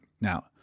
now